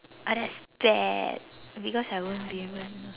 I don't have that because I won't be able to know